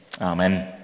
Amen